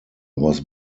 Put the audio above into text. was